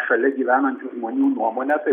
šalia gyvenančių žmonių nuomonę tai